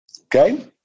Okay